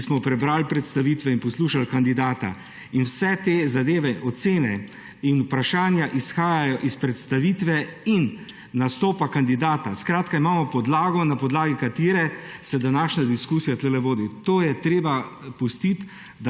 ki smo prebrali predstavitve in poslušali kandidata. In vse te zadeve, ocene in vprašanja izhajajo iz predstavitve in nastopa kandidata. Skratka, imamo podlago, na podlagi katere se današnja diskusija tukaj vodi. To je treba pustiti,